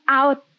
out